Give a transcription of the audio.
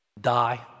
die